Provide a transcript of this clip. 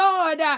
Lord